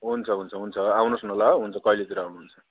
हुन्छ हुन्छ हुन्छ आउनुहोस् न ल हुन्छ कहिलेतिर आउनुहुन्छ